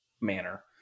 manner